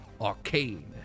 Arcane